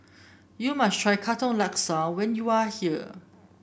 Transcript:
you must try Katong Laksa when you are here